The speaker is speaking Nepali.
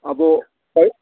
अब खोइ